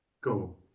Go